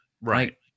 Right